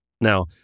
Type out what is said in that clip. Now